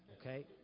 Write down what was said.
okay